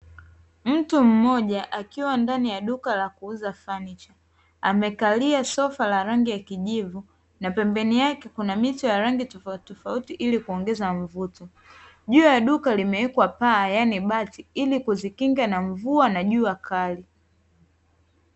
Mtu mmoja akiwa ndani ya duka la kuuza fanicha amekalia sofa la rangi ya kijivu, na pembeni yake kuna mito ya rangi tofautitofauti ili kuongeza mvuto. Juu ya duka limewekwa paa yani bati ili kuzikinga na mvua na jua kali.